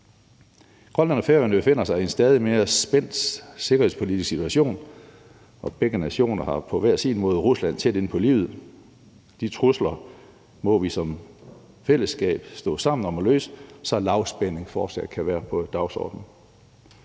Grønland og Færøerne befinder sig i en stadig mere spændt sikkerhedspolitisk situation. Begge nationer har på hver sin måde Rusland tæt inde på livet. De trusler må vi som fællesskab stå sammen om at håndtere, så lavspænding fortsat kan være på dagsordenen.